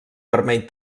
vermell